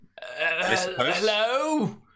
Hello